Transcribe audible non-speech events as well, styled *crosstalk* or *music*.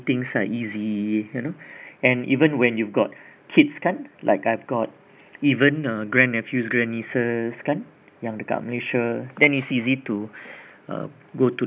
things are easy you know *breath* and even when you've got kids kan like I've got even uh grand nephews grand nieces kan yang dekat malaysia then its easy to uh go to